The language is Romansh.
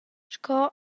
sco